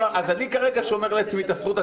אז אני כרגע שומר לעצמי את הזכות,